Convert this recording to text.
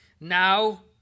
now